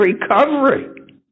recovery